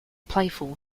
playful